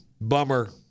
Bummer